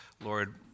Lord